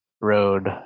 road